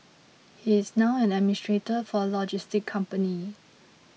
he is now an administrator for a logistics company